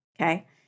Okay